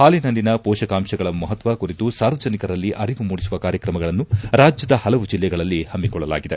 ಪಾಲಿನಲ್ಲಿನ ಮೋಷಕಾಂಶಗಳ ಮಹತ್ವ ಕುರಿತು ಸಾರ್ವಜನಿಕರಲ್ಲಿ ಅರಿವು ಮೂಡಿಸುವ ಕಾರ್ಯಕ್ರಮಗಳನ್ನು ರಾಜ್ಯದ ಪಲವು ಜಿಲ್ಲೆಗಳಲ್ಲಿ ಹಮ್ಮಿಕೊಳ್ಳಲಾಗಿದೆ